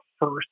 first